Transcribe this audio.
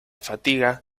fatiga